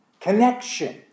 connection